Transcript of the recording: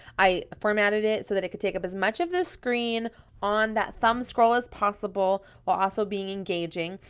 i formatted it so that it could take up as much of the screen on that thumb scroll as possible while also being engaging.